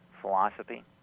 philosophy